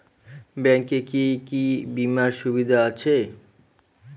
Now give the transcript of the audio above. Bank এ কি কী বীমার সুবিধা আছে?